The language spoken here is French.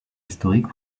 historique